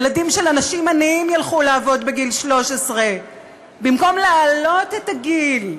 ילדים של אנשים עניים ילכו לעבוד בגיל 13. במקום להעלות את הגיל,